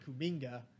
Kuminga